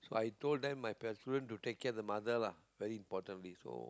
so I told them my preference to take care the mother lah very importantly so